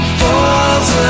falls